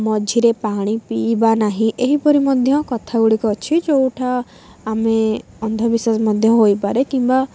ମଝିରେ ପାଣି ପିଇବା ନାହିଁ ଏହିପରି ମଧ୍ୟ କଥା ଗୁଡ଼ିକ ଅଛି ଯୋଉଟା ଆମେ ଅନ୍ଧବିଶ୍ୱାସ ମଧ୍ୟ ହୋଇପାରେ କିମ୍ବା